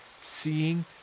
seeing